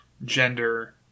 Gender